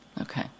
Okay